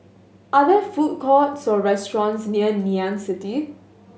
are there food courts or restaurants near Ngee Ann City